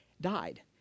died